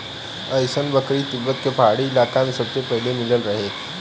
अइसन बकरी तिब्बत के पहाड़ी इलाका में सबसे पहिले मिलल रहे